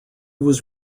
was